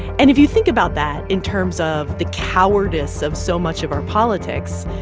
and if you think about that in terms of the cowardice of so much of our politics,